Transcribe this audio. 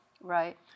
Right